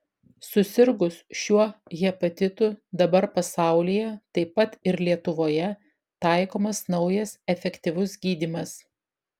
susirgus šiuo hepatitu dabar pasaulyje taip pat ir lietuvoje taikomas naujas efektyvus gydymas